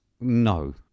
No